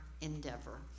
endeavor